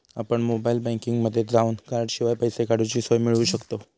आपण मोबाईल बँकिंगमध्ये जावन कॉर्डशिवाय पैसे काडूची सोय मिळवू शकतव